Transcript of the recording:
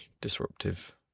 disruptive